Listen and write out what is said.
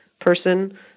person